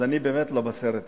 אז אני באמת לא בסרט הזה.